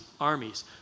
armies